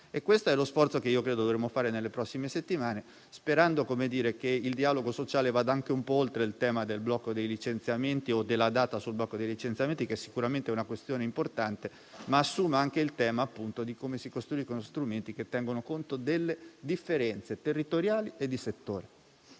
Questo è lo sforzo che credo dovremmo fare nelle prossime settimane, sperando che il dialogo sociale vada anche un po' oltre il tema del blocco dei licenziamenti o della data relativa a tale blocco, che pure è sicuramente una questione importante, ma assuma anche il tema di come si costruiscono strumenti che tengano conto delle differenze territoriali e di settore.